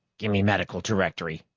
gimme medical directory,